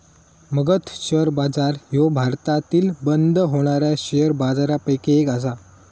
Magadh share बाजार ह्यो भारतातील बंद होणाऱ्या शेअर बाजारपैकी एक आसा